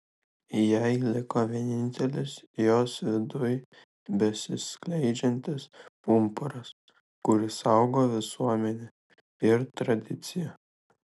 jai liko vienintelis jos viduj besiskleidžiantis pumpuras kurį saugo visuomenė ir tradicija